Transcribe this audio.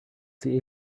see